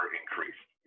increased